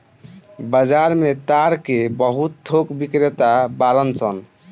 बाजार में ताड़ के बहुत थोक बिक्रेता बाड़न सन